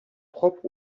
propre